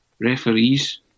referees